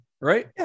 right